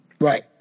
Right